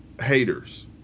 haters